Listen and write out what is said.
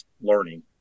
learning